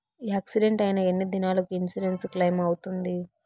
Accident అయిన ఎన్ని దినాలకు ఇన్సూరెన్సు క్లెయిమ్ అవుతుంది?